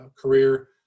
career